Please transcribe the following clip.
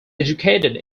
educated